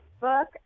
Book